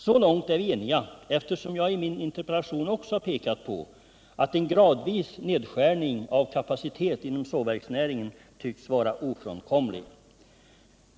Så långt är vi eniga, eftersom jag i min interpellation också pekat på att en gradvis nedskärning av kapacitet inom sågverksnäringen tycks vara ofrånkomlig.